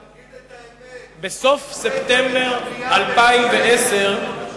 תגיד את האמת: הקפאתם את הבנייה בגושי ההתיישבות.